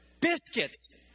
biscuits